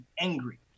angry